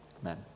Amen